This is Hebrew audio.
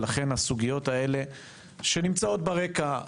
ולכן הסוגיות האלה שנמצאות ברקע,